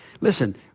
Listen